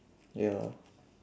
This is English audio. ya